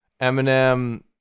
Eminem